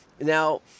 now